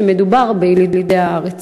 כשמדובר בילידי הארץ.